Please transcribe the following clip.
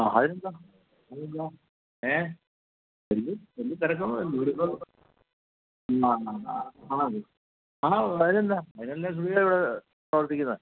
ആ അതിനെന്താ അതിനെന്താ ഏ അതിന് എന്ത് തിരക്ക് ദൂരത്തോ മ് ആ അതെ ആ അതിനെന്താ അതിനല്ലേ സ്റ്റുഡിയോ ഇവിടെ പ്രവർത്തിക്കുന്നത്